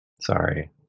Sorry